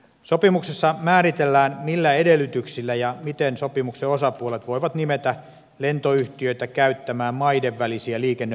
sopimuksessa määritellään millä edellytyksillä ja miten sopimuksen osapuolet voivat nimetä lentoyhtiöitä käyttämään maiden välisiä liikennöintioikeuksia